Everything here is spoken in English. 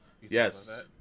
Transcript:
Yes